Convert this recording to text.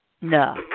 No